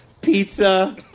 pizza